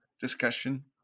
discussion